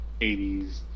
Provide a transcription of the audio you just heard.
80s